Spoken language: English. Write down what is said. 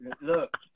look